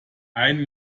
einen